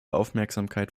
aufmerksamkeit